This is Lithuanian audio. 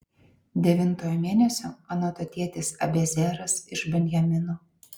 devintojo mėnesio anatotietis abiezeras iš benjamino